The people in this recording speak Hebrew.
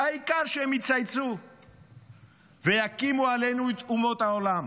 העיקר שהם יצייצו ויקימו עלינו את אומות העולם.